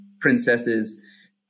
princesses